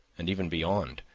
and even beyond,